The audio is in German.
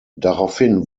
daraufhin